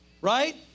Right